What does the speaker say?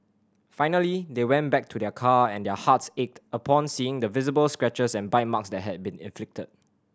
finally they went back to their car and their hearts ached upon seeing the visible scratches and bite marks that had been inflicted